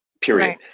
period